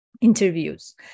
interviews